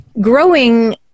growing